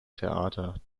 theater